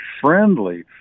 friendly